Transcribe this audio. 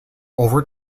over